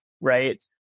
right